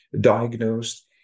diagnosed